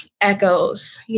echoes